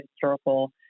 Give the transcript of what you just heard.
historical